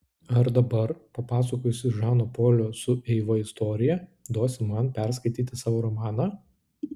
ar dabar papasakojusi žano polio su eiva istoriją duosi man perskaityti savo romaną